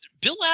Bill